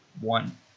one